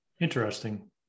Interesting